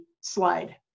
slide